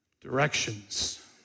directions